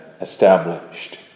established